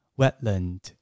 wetland